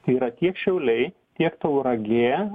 tai yra tiek šiauliai tiek tauragė